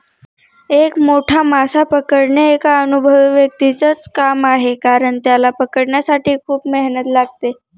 एक मोठा मासा पकडणे एका अनुभवी व्यक्तीच च काम आहे कारण, त्याला पकडण्यासाठी खूप मेहनत लागते